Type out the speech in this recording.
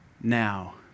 Now